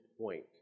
point